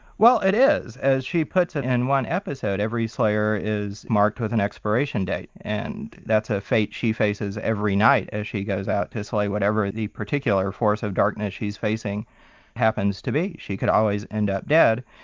well it is. as she puts it in one episode, every slayer is marked with an expiration date. and that's her fate she faces every night as she goes out to slay whatever the particular force of darkness she's facing happens to be. she could always end up dead,